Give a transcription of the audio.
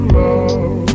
love